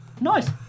Nice